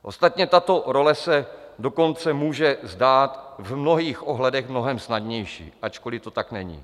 Ostatně tato role se dokonce může zdát v mnohých ohledech mnohem snadnější, ačkoliv to tak není.